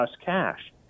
cash